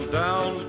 down